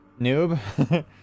Noob